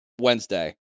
Wednesday